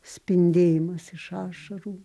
spindėjimas iš ašarų